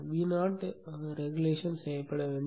Vo ஒழுங்குபடுத்தப்பட வேண்டும்